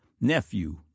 nephew